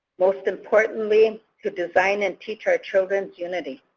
most importantly, to design and teach our children's yeah melody